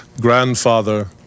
Grandfather